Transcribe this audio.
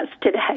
today